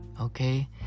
Okay